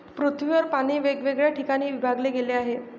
पृथ्वीवर पाणी वेगवेगळ्या ठिकाणी विभागले गेले आहे